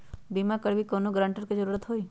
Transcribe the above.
बिमा करबी कैउनो गारंटर की जरूरत होई?